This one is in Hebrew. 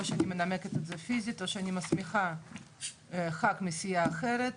או שאני מנמקת את זה פיזית או שאני מסמיכה ח"כ מסיעה אחרת,